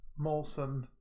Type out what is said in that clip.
Molson